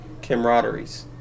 Camaraderies